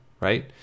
right